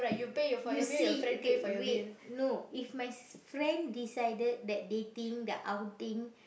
you see okay wait no if my s~ friend decided that they think the outing